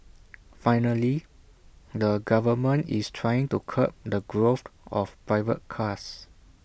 finally the government is trying to curb the growth of private cars